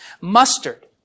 Mustard